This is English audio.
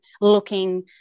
looking